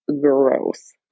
gross